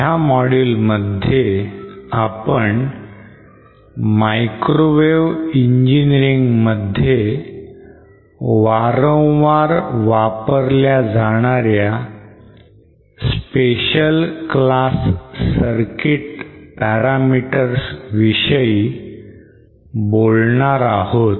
ह्या module मध्ये आपण microwave engineering मध्ये वारंवार वापरल्या जाणाऱ्या special class circuit parameters विषयी बोलणार आहोत